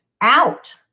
out